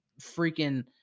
freaking